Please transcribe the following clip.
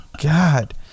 God